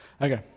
Okay